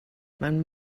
mewn